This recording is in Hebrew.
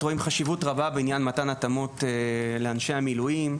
רואים חשיבות רבה בעניין מתן התאמות לאנשי המילואים.